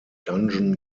dungeon